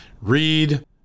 read